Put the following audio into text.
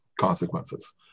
consequences